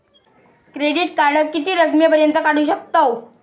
Credit card किती रकमेपर्यंत काढू शकतव?